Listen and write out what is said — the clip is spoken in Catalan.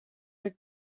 ric